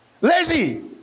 lazy